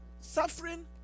suffering